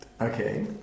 Okay